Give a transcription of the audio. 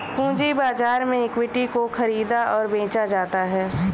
पूंजी बाजार में इक्विटी को ख़रीदा और बेचा जाता है